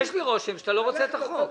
לא רוצה את החוק.